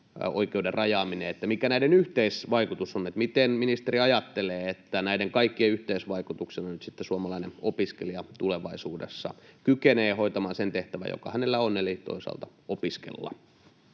oikeuden rajaaminen — että mikä näiden yhteisvaikutus on. Miten ministeri ajattelee, että näiden kaikkien yhteisvaikutuksena nyt sitten suomalainen opiskelija tulevaisuudessa kykenee hoitamaan sen tehtävän, joka hänellä on, eli kykenee toisaalta opiskelemaan?